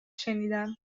شنیدم